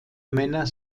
männer